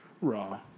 Raw